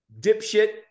dipshit